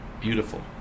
Beautiful